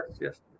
yes